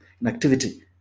inactivity